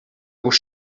was